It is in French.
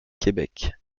québec